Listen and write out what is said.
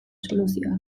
soluzioa